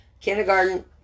kindergarten